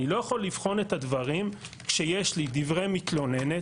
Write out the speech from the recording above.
אני לא יכול לבחון את הדברים כשיש לי דברי מתלוננת,